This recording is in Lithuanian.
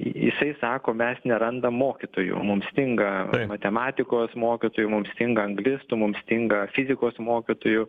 jisai sako mes nerandam mokytojų mums stinga matematikos mokytojų mums stinga anglistų mums stinga fizikos mokytojų